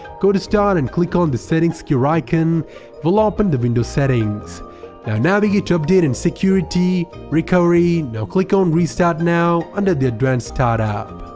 go to start, and click on the settings gear icon, it will open the windows settings, now navigate to update and security recovery, now click on restart now under the advanced startup.